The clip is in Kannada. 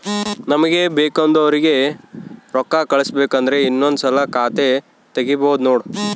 ನಮಗೆ ಬೇಕೆಂದೋರಿಗೆ ರೋಕ್ಕಾ ಕಳಿಸಬೇಕು ಅಂದ್ರೆ ಇನ್ನೊಂದ್ಸಲ ಖಾತೆ ತಿಗಿಬಹ್ದ್ನೋಡು